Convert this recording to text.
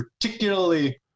particularly